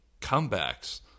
comebacks